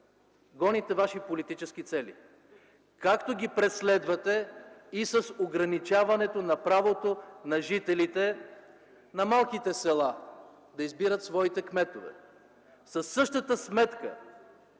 гоните ваши политически цели, както ги преследвате и с ограничаването на правото на жителите на малките села да избират своите кметове. Със същата сметка